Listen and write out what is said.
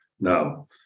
Now